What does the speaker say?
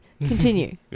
Continue